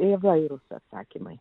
įvairūs atsakymai